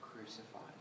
Crucified